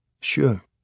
Sure